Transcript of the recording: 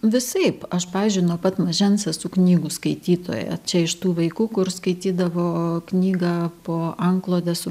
visaip aš pavyzdžiui nuo pat mažens esu knygų skaitytoja čia iš tų vaikų kur skaitydavo knygą po antklode su